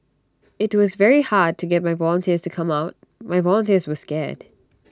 IT was very hard to get my volunteers to come out my volunteers were scared